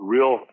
Real